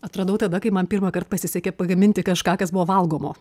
atradau tada kai man pirmąkart pasisekė pagaminti kažką kas buvo valgomo